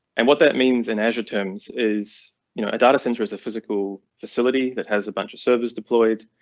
and what that means in azure terms is you know a data center is a physical facility that has a bunch of servers deployed.